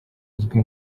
uzwi